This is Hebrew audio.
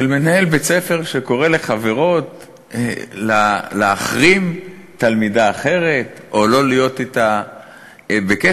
של מנהל בית-ספר שקורא לחברות להחרים תלמידה אחרת או לא להיות אתה בקשר?